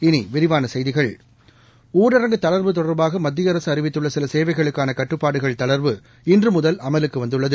இனிவிரிவானசெய்திகள் ஊரடங்குதளர்வுதொடர்பாகமத்தியஅரசுஅறிவித்துள்ளசிலசேவைகளுக்கா னகட்டுப்பாடுகள்தளர்வுஇன்றுமுதல்அமலுக்குவந்துள்ளது